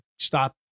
Stop